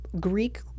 Greek